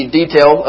detail